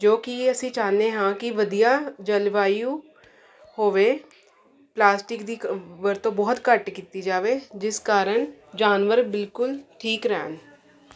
ਜੋ ਕਿ ਅਸੀਂ ਚਾਹੁੰਦੇ ਹਾਂ ਕਿ ਵਧੀਆ ਜਲਵਾਯੂ ਹੋਵੇ ਪਲਾਸਟਿਕ ਦੀ ਕ ਵਰਤੋਂ ਬਹੁਤ ਘੱਟ ਕੀਤੀ ਜਾਵੇ ਜਿਸ ਕਾਰਨ ਜਾਨਵਰ ਬਿਲਕੁਲ ਠੀਕ ਰਹਿਣ